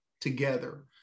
together